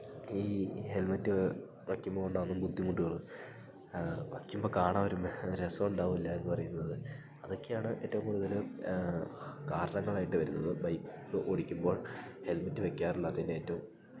ഈ ഹെൽമെറ്റ് വെയ്ക്കുമ്പോൾ ഉണ്ടാവുന്ന ബുദ്ധിമുട്ടുകൾ വയ്ക്കുമ്പോൾ കാരണം ഒരു മെ രസം ഉണ്ടാവില്ല എന്ന് പറയുന്നത് അതെക്കെയാണ് ഏറ്റോം കൂടുതൽ കാരണങ്ങളായിട്ട് വരുന്നത് ബൈക്ക് ഓടിക്കുമ്പോൾ ഹെൽമെറ്റ് വെക്കാറില്ലാത്തതിന്റെ ഏറ്റോം